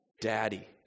Daddy